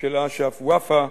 של אש"ף, ואפ"א,